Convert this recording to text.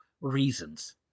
reasons